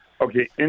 Okay